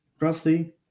roughly